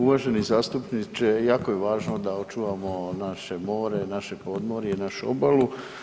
Uvaženi zastupniče, jako je važno da očuvamo naše more, naše podmorje, našu obalu.